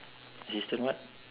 assistant what